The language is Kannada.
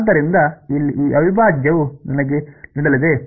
ಆದ್ದರಿಂದ ಇಲ್ಲಿ ಈ ಅವಿಭಾಜ್ಯವು ನನಗೆ ನೀಡಲಿದೆ